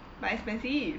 but expensive